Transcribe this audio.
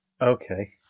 Okay